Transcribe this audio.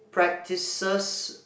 practices